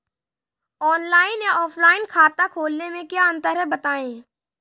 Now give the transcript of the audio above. Online या offline खाता खोलने में क्या अंतर है बताएँ?